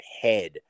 head